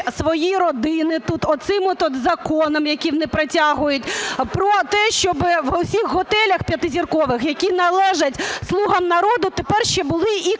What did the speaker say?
свої родини тут оцим от законом, який вони протягують, про те, щоб в усіх готелях п'ятизіркових, які належать "слугам народу", тепер ще були і